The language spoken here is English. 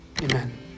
Amen